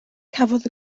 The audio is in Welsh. cafodd